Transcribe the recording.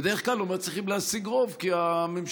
ובדרך כלל לא מצליחים להשיג רוב כי הממשלה,